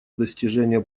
достижения